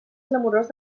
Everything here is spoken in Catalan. clamorós